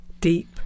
deep